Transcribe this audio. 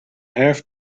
half